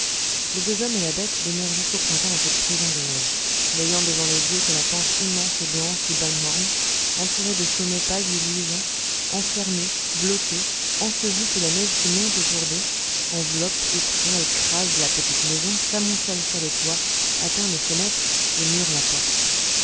les deux hommes et la bête demeurent jusqu'au printemps dans cette prison de neige n'ayant devant les yeux que la pente immense et blanche du balmhorn entourés de sommets pâles et luisants enfermés bloqués ensevelis sous la neige qui monte autour d'eux enveloppe étreint écrase la petite maison s'amoncelle sur le toit atteint les fenêtres et mure la porte